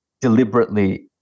deliberately